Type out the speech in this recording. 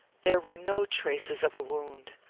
there were no traces of a wound.